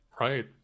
Right